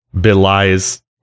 belies